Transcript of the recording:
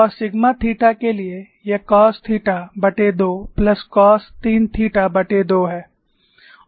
और sigma theta के लिए यह कॉस थीटा2 प्लस कॉस 3 थीटा2 है